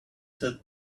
that